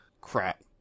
Crap